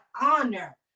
honor